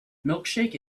milkshake